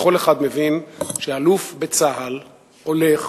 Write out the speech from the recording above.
וכל אחד מבין שאלוף בצה"ל הולך